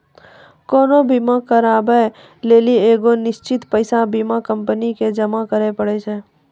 कोनो बीमा कराबै लेली एगो निश्चित पैसा बीमा कंपनी के जमा करै पड़ै छै